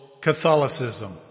Catholicism